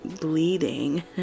bleeding